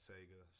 Sega